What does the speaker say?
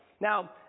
Now